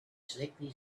sickly